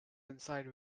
inside